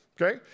okay